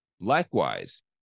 Likewise